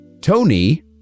Tony